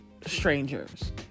strangers